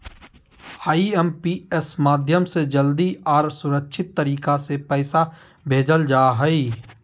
IMPS माध्यम से जल्दी आर सुरक्षित तरीका से पैसा भेजल जा हय